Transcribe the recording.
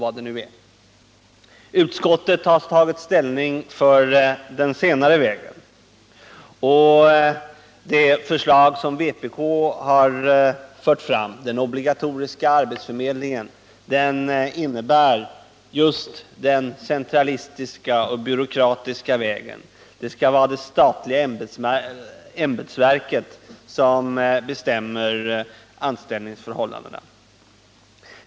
Utskottet har tagit ställning för den senare vägen. Det förslag som vpk har fört fram — förslaget om den obligatoriska arbetsförmedlingen — innebär just den centralistiska och byråkratiska vägen. Det skall vara det statliga ämbetsverket som bestämmer anställningsförhållandena.